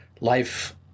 Life